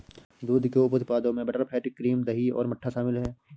दूध के उप उत्पादों में बटरफैट, क्रीम, दही और मट्ठा शामिल हैं